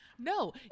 No